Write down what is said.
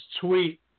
tweet